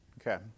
Okay